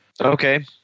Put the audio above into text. Okay